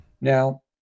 Now